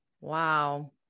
Wow